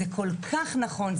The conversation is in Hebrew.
וזה כל כך נכון,